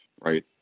right